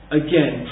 again